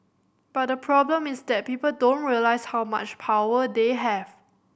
but the problem is that people don't realise how much power they have